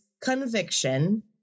conviction